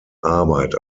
arbeit